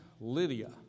Lydia